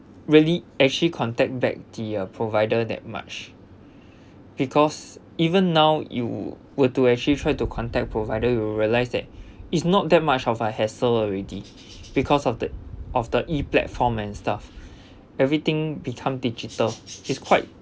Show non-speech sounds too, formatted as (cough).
really actually contact back the uh provider that much because even now you were to actually tried to contact provider you will realise that (breath) it's not that much of a hassle already because of the of the e-platform and stuff everything become digital it's quite